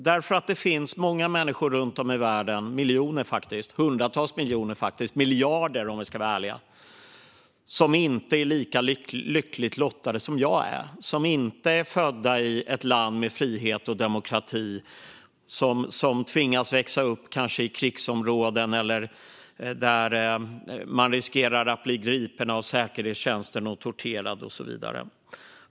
Det finns många människor runt om i världen - faktiskt hundratals miljoner, eller miljarder om vi ska vara ärliga - som inte är lika lyckligt lottade som jag är. De är inte födda i ett land med frihet och demokrati. De tvingas kanske växa upp i krigsområden eller där de riskerar att bli gripna av säkerhetstjänsten och torterade och så vidare.